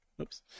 Oops